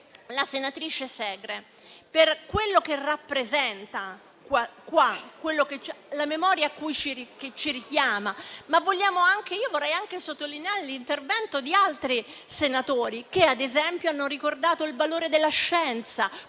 la senatrice Segre per quello che rappresenta e per la memoria a cui ci richiama, ma vorrei sottolineare anche l'intervento di altri senatori che, ad esempio, hanno ricordato il valore della scienza,